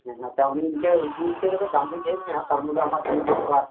ᱟᱪᱪᱷᱟ ᱚᱱᱮ ᱤᱱᱠᱟᱹ ᱤᱱᱠᱟᱹ ᱠᱟᱛᱮᱫ ᱫᱟᱢ ᱫᱚᱧ ᱞᱟᱹᱭᱟᱫ ᱢᱮᱭᱟ ᱛᱟᱨ ᱢᱚᱫᱽᱫᱷᱮ ᱟᱢᱟᱜ ᱛᱤᱱᱟᱹᱜ ᱫᱚᱨᱠᱟᱨ